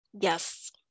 Yes